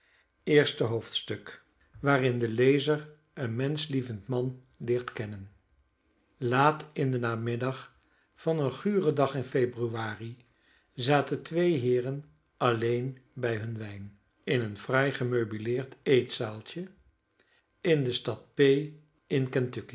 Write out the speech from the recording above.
eerste hoofdstuk waarin de lezer een menschlievend man leert kennen laat in den namiddag van een guren dag in februari zaten twee heeren alleen bij hunnen wijn in een fraai gemeubileerd eetzaaltje in de stad